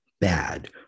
bad